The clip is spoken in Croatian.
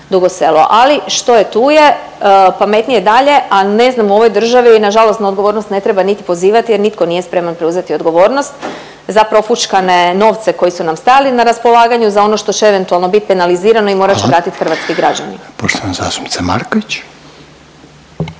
Selo. Ali što je tu je, pametnije dalje. A ne znam u ovoj državi je nažalost na odgovornost ne treba niti pozivati jer nitko nije spreman preuzeti odgovornost za profućkane novce koji su nam stajali na raspolaganju, za ono što će eventualno biti penalizirano i morat će …/Upadica Reiner: Hvala./… vratit